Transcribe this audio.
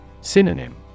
Synonym